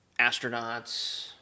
astronauts